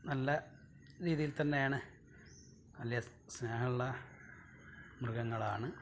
നല്ല രീതിയില് തന്നെയാണ് വലിയ സ്നേഹമുള്ള മൃഗങ്ങളാണ്